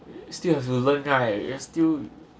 still have to learn right you are still